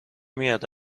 میاد